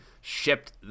shipped